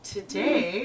Today